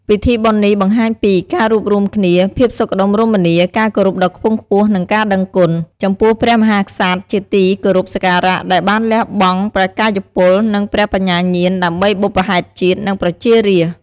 ពីធីបុណ្យនេះបង្ហាញពី ការរួបរួមគ្នា ភាពសុខដុមរមនា ការគោរពដ៏ខ្ពង់ខ្ពស់ និងការដឹងគុណ ចំពោះព្រះមហាក្សត្រជាទីគោរពសក្ការៈ ដែលបានលះបង់ព្រះកាយពល និងព្រះបញ្ញាញាណដើម្បីបុព្វហេតុជាតិ និងប្រជារាស្ត្រ។